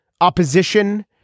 opposition